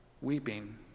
weeping